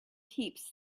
heaps